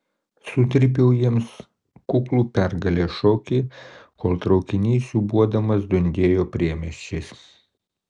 sutrypiau jiems kuklų pergalės šokį kol traukinys siūbuodamas dundėjo priemiesčiais